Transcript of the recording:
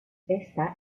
esta